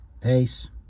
Peace